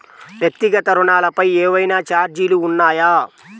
వ్యక్తిగత ఋణాలపై ఏవైనా ఛార్జీలు ఉన్నాయా?